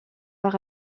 par